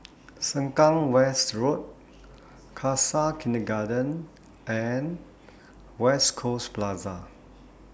Sengkang West Road Khalsa Kindergarten and West Coast Plaza